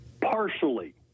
Partially